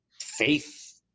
faith